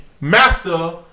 master